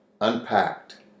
unpacked